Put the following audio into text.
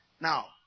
Now